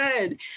good